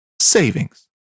savings